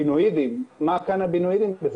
קנבינואידים, מה קנבינואידים בזה?